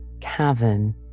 cavern